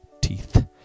Teeth